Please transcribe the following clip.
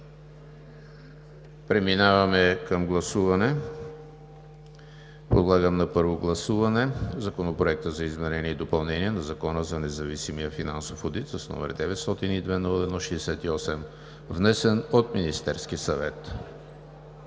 Преминаваме към гласуване. Подлагам на първо гласуване Законопроект за изменение и допълнение на Закона за независимия финансов одит с № 902-01-68, внесен от Министерския съвет.